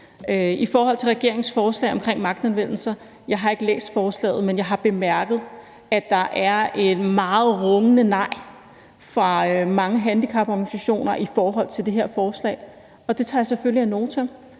I forhold til regeringens forslag omkring magtanvendelser vil jeg sige: Jeg har ikke læst forslaget, men jeg har bemærket, at der er et meget rungende nej fra mange handicaporganisationer i forhold til det her forslag, og det tager jeg selvfølgelig ad notam,